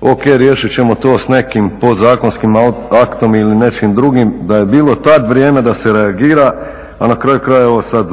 ok riješit ćemo to s nekim podzakonskim aktom ili nečim drugim, da je bilo tad vrijeme da se reagira a na kraju krajeva evo sad